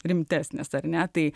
rimtesnės ar ne tai